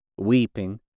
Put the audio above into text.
weeping